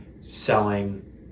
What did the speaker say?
selling